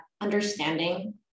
understanding